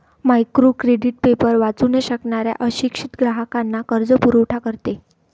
micro credit paper वाचू न शकणाऱ्या अशिक्षित ग्राहकांना कर्जपुरवठा करते